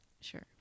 Sure